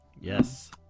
Yes